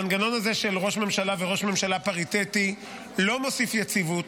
המנגנון הזה של ראש ממשלה וראש ממשלה פריטטי לא מוסיף יציבות.